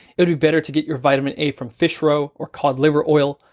it would be better to get your vitamin a from fish roe or cod liver oil,